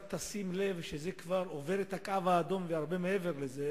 תשים לב שזה כבר עובר את הקו האדום והרבה מעבר לזה,